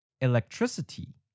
Electricity